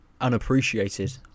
unappreciated